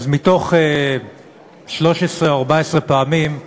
אז מתוך 13, 14 פעמים,